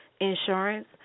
insurance